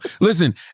Listen